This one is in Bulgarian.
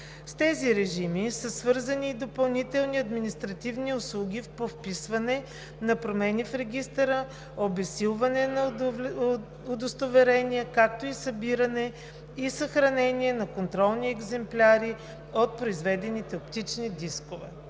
С тези режими са свързани и допълнителни административни услуги по вписване на промени в регистъра, обезсилване на удостоверения, както и събиране и съхранение на контролни екземпляри от произведените оптични дискове.